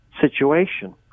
situation